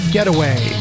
Getaway